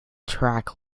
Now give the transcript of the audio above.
track